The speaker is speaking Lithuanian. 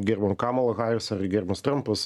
gerbiama kamala haris ar gerbiamas trampas